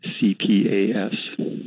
c-p-a-s